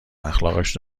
اخلاقش